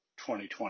2020